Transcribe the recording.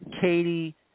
Katie